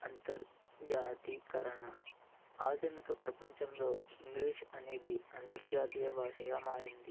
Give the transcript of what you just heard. అంతర్జాతీయకరణ ఆధునిక ప్రపంచంలో ఇంగ్లీష్ అనేది అంతర్జాతీయ భాషగా మారింది